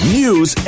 news